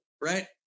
right